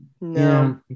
No